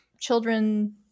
children